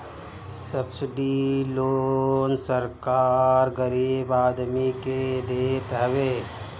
subsidy loan सरकार गरीब आदमी के देत हवे